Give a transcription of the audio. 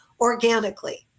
organically